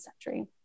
century